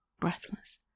breathless